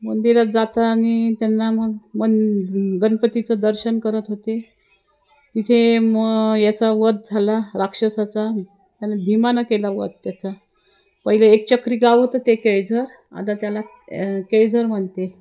मंदिरात जाताना त्यांना मग मग गणपतीचं दर्शन करत होते तिथे मग याचा वध झाला राक्षसाचा त्याला भिमानं केला वध त्याचा पहिले एकचक्री गाव होतं ते केळझर आता त्याला केळझर म्हणते